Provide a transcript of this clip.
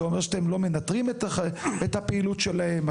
זה אומר שאתם לא מנטרים את הפעילות שלהם,